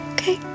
Okay